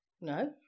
No